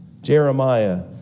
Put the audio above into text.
Jeremiah